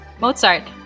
Mozart